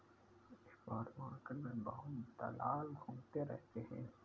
spot market में बहुत दलाल घूमते रहते हैं